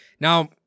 now